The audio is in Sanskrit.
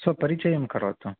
स्वपरिचयं करोतु